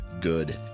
good